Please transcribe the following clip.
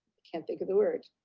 can't think of the word.